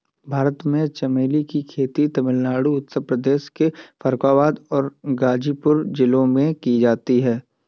भारत में चमेली की खेती तमिलनाडु उत्तर प्रदेश के फर्रुखाबाद और गाजीपुर जिलों में की जाती है